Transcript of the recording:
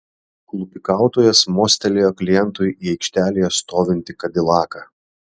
lupikautojas mostelėjo klientui į aikštelėje stovintį kadilaką